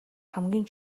хамгийн